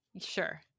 sure